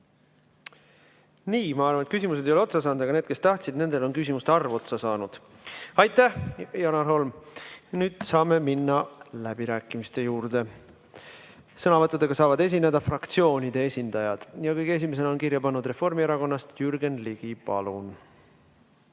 samm. Ma arvan, et küsimused ei ole otsa saanud, aga nendel, kes tahtsid küsida, on küsimuste arv otsa saanud. Aitäh, Janar Holm! Nüüd saame minna läbirääkimiste juurde. Sõnavõttudega saavad esineda fraktsioonide esindajad. Kõige esimesena on ennast kirja pannud Reformierakonnast Jürgen Ligi. Palun!